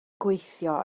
gweithio